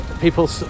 people